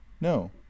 no